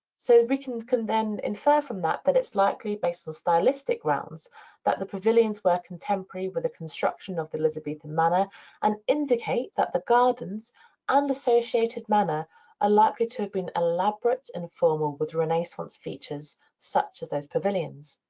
so we can can then infer from that that it's likely based on stylistic grounds that the pavilions were contemporary with the construction of the elizabethan manor and indicate that the gardens and associated manor are ah likely to have been elaborate and formal with renaissance features such as those pavilions.